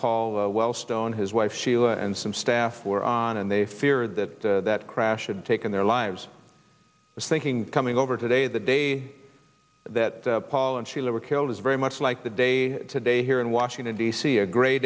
paul wellstone his wife sheila and some staff were on and they fear that that crash had taken their lives thinking coming over today the day that paul and sheila were killed is very much like the day today here in washington d c a gre